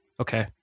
Okay